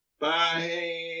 Bye